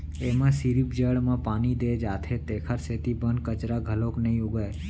एमा सिरिफ जड़ म पानी दे जाथे तेखर सेती बन कचरा घलोक नइ उगय